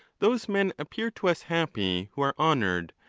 those men appear to us happy who are honoured,